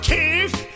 Keith